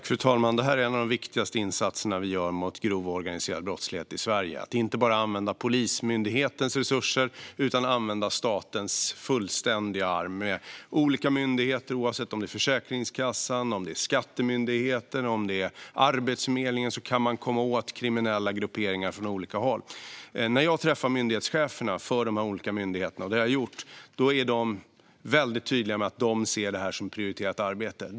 Fru talman! Det här är en av de viktigaste insatser vi gör mot grov organiserad brottslighet i Sverige. Om man inte bara använder Polismyndighetens resurser utan använder statens fullständiga arm med olika myndigheter, såsom Försäkringskassan, Skatteverket och Arbetsförmedlingen, kan man komma åt kriminella grupperingar från olika håll. Jag har träffat myndighetscheferna för de olika myndigheterna. De är väldigt tydliga med att de ser detta som ett prioriterat arbete.